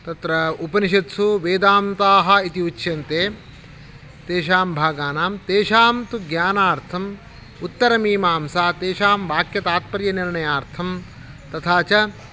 तत्र उपनिषत्सु वेदान्ताः इति उच्यन्ते तेषां भागानां तेषां तु ज्ञानार्थम् उत्तरमीमांसा तेषां वाक्यतात्पर्यनिर्णयनार्थं तथा च